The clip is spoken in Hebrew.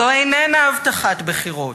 זו איננה הבטחת בחירות,